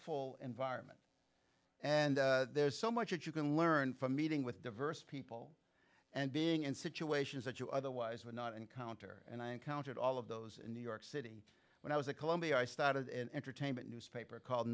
full environment and there's so much that you can learn from meeting with diverse people and being in situations that you otherwise would not encounter and i encountered all of those in new york city when i was at columbia i started an entertainment newspaper called